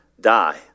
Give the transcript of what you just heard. die